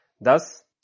Thus